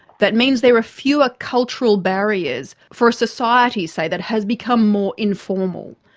that means there are fewer cultural barriers for a society, say, that has become more informal.